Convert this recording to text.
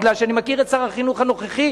מפני שאני מכיר את שר החינוך הנוכחי.